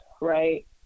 right